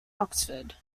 oxford